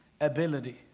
ability